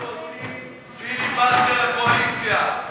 אנחנו עושים פיליבסטר לקואליציה.